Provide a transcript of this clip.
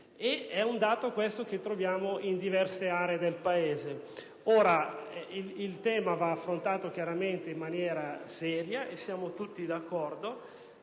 è un dato che troviamo in diverse aree del Paese. Il tema va affrontato in maniera seria, e siamo tutti d'accordo;